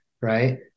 Right